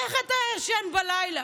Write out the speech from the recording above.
איך אתה ישן בלילה?